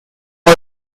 was